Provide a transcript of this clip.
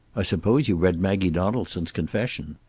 i suppose you read maggie donaldson's confession.